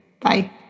bye